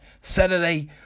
Saturday